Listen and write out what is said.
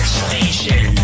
station